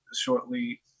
shortly